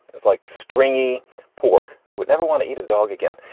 it's like stringy pork. i would never want to eat a dog again.